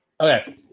Okay